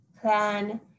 plan